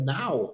now